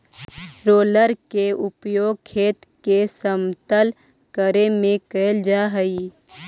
roller के उपयोग खेत के समतल करे में कैल जा हई